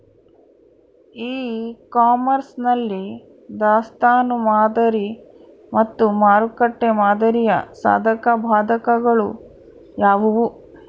E commerce ನಲ್ಲಿ ದಾಸ್ತನು ಮಾದರಿ ಮತ್ತು ಮಾರುಕಟ್ಟೆ ಮಾದರಿಯ ಸಾಧಕಬಾಧಕಗಳು ಯಾವುವು?